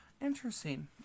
Interesting